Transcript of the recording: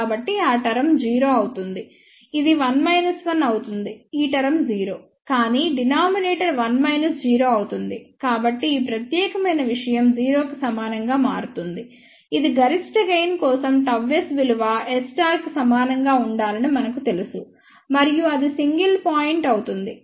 కాబట్టి ఆ టర్మ్ 0 అవుతుంది ఇది 1 1 అవుతుంది ఈ టర్మ్ 0 కానీ డినామినేటర్ 1 0 అవుతుంది కాబట్టి ఈ ప్రత్యేకమైన విషయం 0 కి సమానంగా మారుతుంది ఇది గరిష్ట గెయిన్ కోసం Γs విలువ S కు సమానంగా ఉండాలని మనకు తెలుసు మరియు అది సింగిల్ పాయింట్ అవుతుంది